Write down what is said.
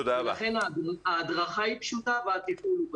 לכן, ההדרכה היא פשוטה והתפעול הוא פשוט.